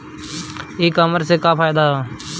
ई कामर्स से का फायदा ह?